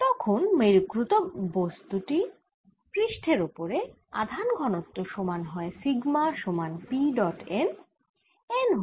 তখন মেরুকৃত বস্তুটির পৃষ্ঠের ওপরে আধান ঘনত্ব সমান হয় সিগমা সমান P ডট n